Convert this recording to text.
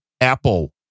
Apple